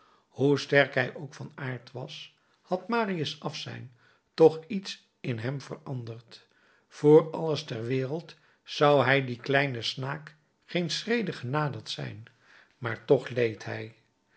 hoe sterk hij ook van aard was had marius afzijn toch iets in hem veranderd voor alles ter wereld zou hij dien kleinen snaak geen schrede genaderd zijn maar toch leed hij